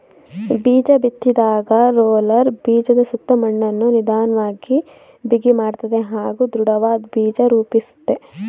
ಬೀಜಬಿತ್ತಿದಾಗ roller ಬೀಜದಸುತ್ತ ಮಣ್ಣನ್ನು ನಿಧನ್ವಾಗಿ ಬಿಗಿಮಾಡ್ತದೆ ಹಾಗೂ ದೃಢವಾದ್ ಬೀಜ ರೂಪಿಸುತ್ತೆ